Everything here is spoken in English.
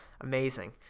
Amazing